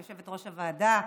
יושבת-ראש הוועדה.